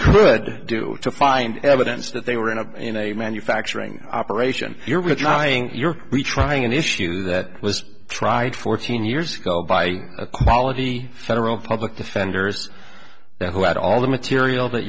could do to find evidence that they were in a in a manufacturing operation you're trying you're trying an issue that was tried fourteen years ago by a quality federal public defenders who had all the material that